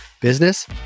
business